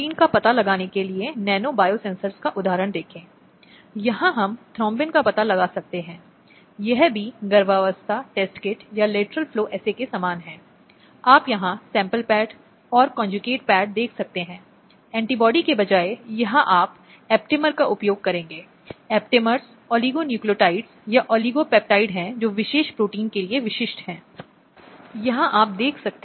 प्रावधान और उनका अंतर्निहित उद्देश्य यह सुनिश्चित करना नहीं था कि महिलाओं का बचाव करना हो या महिलाओं की सुरक्षा हो या महिलाओं की गरिमा बनी रहे